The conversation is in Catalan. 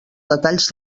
detalls